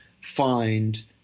find